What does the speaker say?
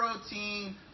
protein